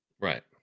right